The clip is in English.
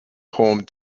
home